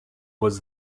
was